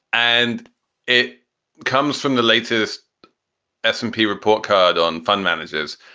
and it comes from the latest s and p report card on fund managers.